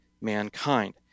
mankind